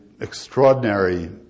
extraordinary